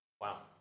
Wow